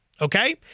Okay